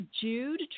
Jude